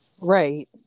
right